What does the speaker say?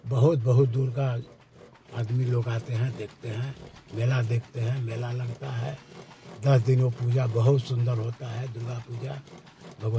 बहुत बहुत दूर का आदमी लोग आते हैं देखते हैं मेला देखते हैं मेला लगता है दस दिन वो पूजा बहुत सुंदर होती है दुर्गा पूजा भगवत